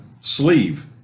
sleeve